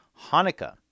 Hanukkah